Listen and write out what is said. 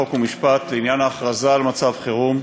חוק ומשפט לעניין ההכרזה על מצב חירום,